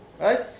Right